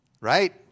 right